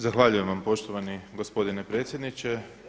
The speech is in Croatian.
Zahvaljujem vam poštovani gospodine predsjedniče.